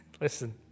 listen